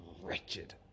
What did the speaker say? wretched